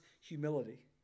humility